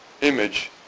image